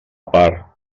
part